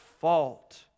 fault